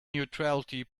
neutrality